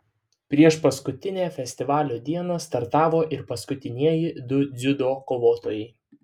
priešpaskutinę festivalio dieną startavo ir paskutinieji du dziudo kovotojai